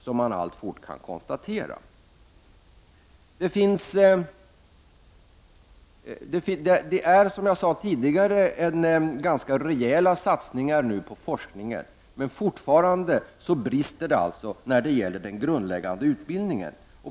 Som jag sade tidigare sker det nu ganska rejäla satsningar på forskningen, men fortfarande brister det alltså när det gäller den grundläggande utbildningen.